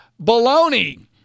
Baloney